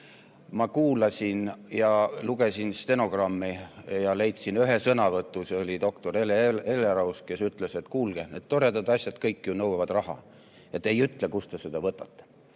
Ma kuulasin ja lugesin stenogrammi ja leidsin ühe sõnavõtu, kus doktor Hele Everaus ütles, et kuulge, need toredad asjad kõik ju nõuavad raha ja te ei ütle, kust te seda võtate.